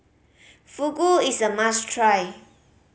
fugu is a must try